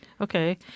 Okay